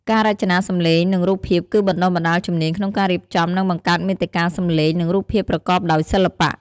ការរចនាសំឡេង និង រូបភាពគឺ បណ្ដុះបណ្ដាលជំនាញក្នុងការរៀបចំ និងបង្កើតមាតិកាសំឡេង និងរូបភាពប្រកបដោយសិល្បៈ។